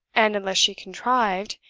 and unless she contrived,